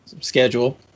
schedule